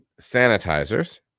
sanitizers